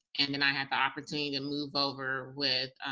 and then i had the opportunity to move over with